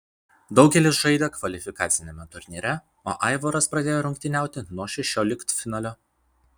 daugelis žaidė kvalifikaciniame turnyre o aivaras pradėjo rungtyniauti nuo šešioliktfinalio